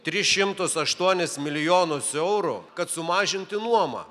tris šimtus aštuonis milijonus eurų kad sumažinti nuomą